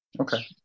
Okay